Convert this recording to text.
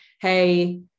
hey